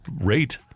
rate